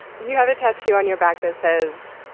you have a tattoo on your back that says.